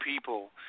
people